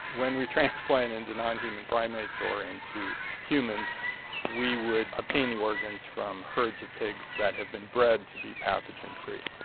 when we transplant into non-human primates or into humans we would obtain the organs from herds of pigs that have been bred to be pathogen free.